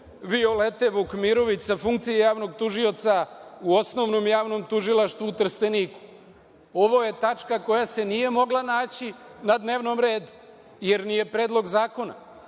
Violete Vukmirović sa funkcije javnog tužioca u Osnovnom javnom tužilaštvu u Trsteniku. Ovo je tačka koja se nije mogla naći na dnevnom redu, jer nije predlog zakona